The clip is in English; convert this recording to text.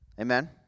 Amen